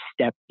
step